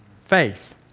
faith